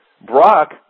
Brock